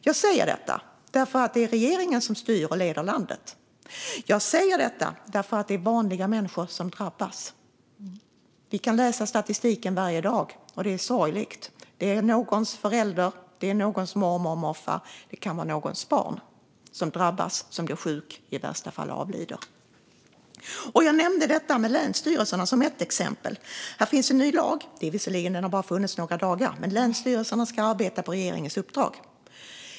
Jag säger detta därför att det är regeringen som styr och leder landet. Jag säger detta därför att det är vanliga människor som drabbas. Vi kan läsa statistiken varje dag, och den är sorglig. Det handlar om någons förälder, och det handlar om någons mormor eller morfar. Det kan vara någons barn som drabbas - som blir sjuk och i värsta fall avlider. Jag nämnde detta med länsstyrelserna som ett exempel. Det finns en ny lag, som visserligen bara har funnits några dagar, om att länsstyrelserna ska arbeta på regeringens uppdrag.